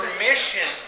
permission